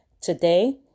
today